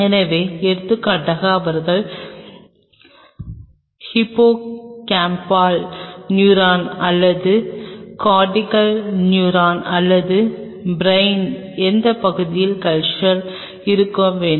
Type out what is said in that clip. எனவே எடுத்துக்காட்டாக அவர்களுக்கு ஹிப்போகாம்பல் நியூரான் அல்லது கார்டிகல் நியூரான் அல்லது பிரைனின் எந்தப் பகுதியிலும் கல்ச்சர் இருக்கும் வேண்டும்